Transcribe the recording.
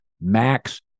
Max